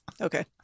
Okay